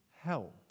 help